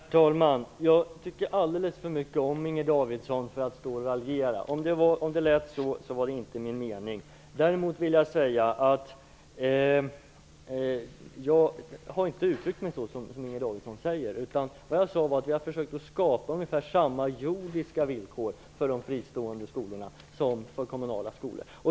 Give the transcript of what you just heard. Herr talman! Jag tycker alldeles för mycket om Inger Davidson för att stå och raljera. Om det lät så, var det inte min mening. Jag har inte uttryckt mig så som Inger Davidson säger. Vad jag sade var att vi har försökt skapa ungefär samma jordiska villkor för de fristående skolorna som för kommunala skolor.